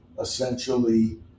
essentially